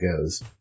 goes